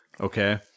okay